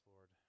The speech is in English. Lord